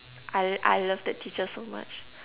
I I love that teacher so much